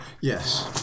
yes